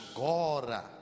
Agora